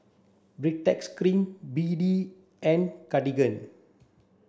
Baritex cream B D and Cartigain